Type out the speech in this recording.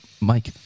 Mike